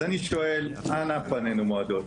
אז אני שואל, אנה פנינו מועדות?